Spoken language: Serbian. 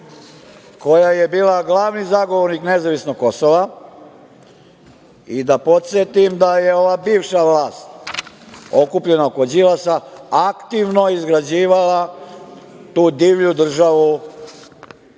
koja je bila glavni zagovornik nezavisnog Kosova i da podsetim da je ova bivša vlast, okupljena oko Đilasa, aktivno izgrađivala tu divlju državu